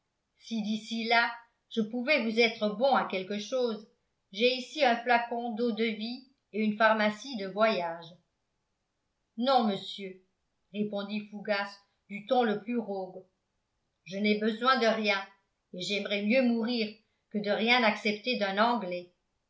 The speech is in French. si d'ici là je pouvais vous être bon à quelque chose j'ai ici un flacon deaude vie et une pharmacie de voyage non monsieur répondit fougas du ton le plus rogue je n'ai besoin de rien et j'aimerais mieux mourir que de rien accepter d'un anglais